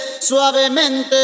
Suavemente